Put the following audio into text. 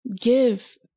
give